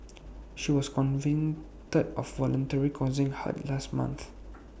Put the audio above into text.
she was convicted of voluntarily causing hurt last month